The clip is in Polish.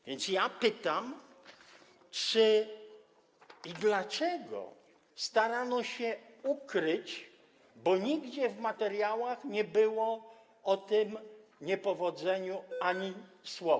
Więc pytam, czy i dlaczego starano się to ukryć, bo nigdzie w materiałach nie było o tym niepowodzeniu ani słowa.